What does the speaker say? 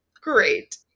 Great